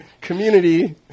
Community